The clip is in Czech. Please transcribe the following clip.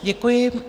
Děkuji.